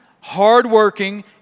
hardworking